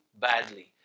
badly